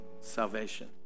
Salvation